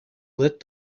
lit